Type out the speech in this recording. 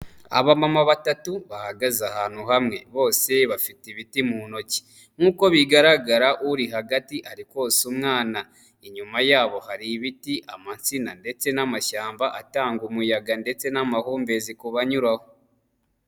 Abamama batatu bahagaze ahantu hamwe, bose bafite ibiti mu ntoki, nk'uko bigaragara uri hagati ariko konsa umwana inyuma yabo hari ibiti, amatsina ndetse n'amashyamba atanga umuyaga ndetse n'amahumbezi ku banyura aho.